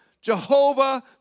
Jehovah